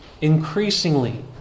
increasingly